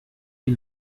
die